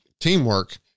teamwork